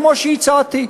כמו שהצעתי.